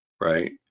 right